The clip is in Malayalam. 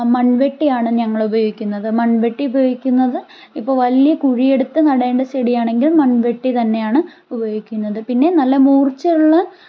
മൺവെട്ടിയാണ് ഞങ്ങൾ ഉപയോഗിക്കുന്നത് മൺവെട്ടി ഉപയോഗിക്കുന്നത് ഇപ്പോൾ വലിയ കുഴിയെടുത്ത് നടേണ്ട ചെടിയാണെങ്കിൽ മൺവെട്ടി തന്നെയാണ് ഉപയോഗിക്കുന്നത് പിന്നെ നല്ല മൂർച്ചയുള്ള